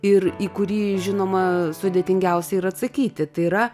ir į kurį žinoma sudėtingiausia ir atsakyti tai yra